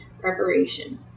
Preparation